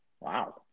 wow